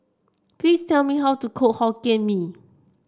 please tell me how to cook Hokkien Mee